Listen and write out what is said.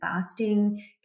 fasting